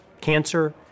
cancer